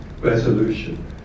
resolution